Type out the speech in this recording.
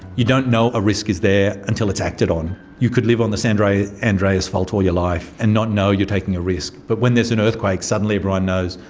you don't know a risk is there until it's acted on. you could live on the san andreas fault all your life and not know you're taking a risk, but when there's an earthquake suddenly everyone knows,